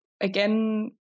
Again